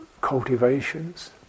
cultivations